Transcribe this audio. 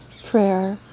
prayer,